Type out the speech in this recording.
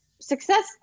Success